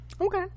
okay